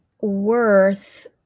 worth